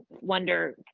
wonder